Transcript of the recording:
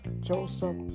Joseph